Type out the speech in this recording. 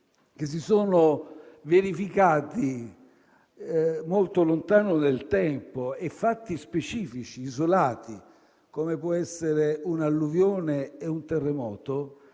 eventi verificatisi molto lontano nel tempo e fatti specifici isolati come possono essere un'alluvione o un terremoto,